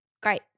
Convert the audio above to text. Great